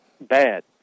bad